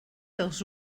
dels